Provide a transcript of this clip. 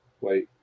wait